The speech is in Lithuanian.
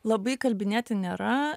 labai įkalbinėti nėra